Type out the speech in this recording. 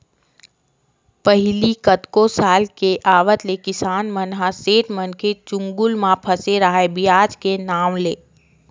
पहिली कतको साल के आवत ले किसान मन ह सेठ मनके चुगुल म फसे राहय बियाज के नांव ले